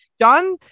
John